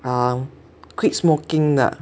um quit smoking 的